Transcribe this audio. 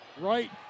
Right